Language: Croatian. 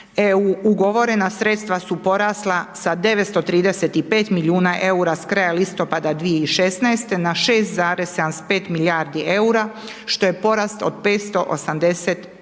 EU ugovore, na sredstva su porasla sa 935 milijuna EUR-a s kraja listopad 2016. na 6,75 milijardi EUR-a što je porast od 585%.